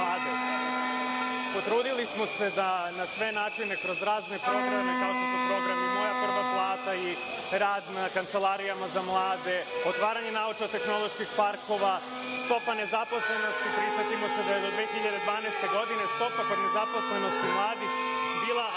potrudili smo se da na sve načine razne programe, kao što je program Moja prva plata i rad na kancelarijama za mlade, otvaranjem naučno tehnoloških parkova, stopa nezaposlenosti, prisetimo se da je do 2012. godine stopa nezaposlenosti mladih bila